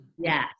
Yes